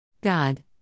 God